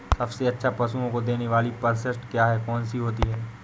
सबसे अच्छा पशुओं को देने वाली परिशिष्ट क्या है? कौन सी होती है?